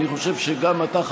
אני חושב שגם אתה,